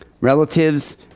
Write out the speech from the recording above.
relatives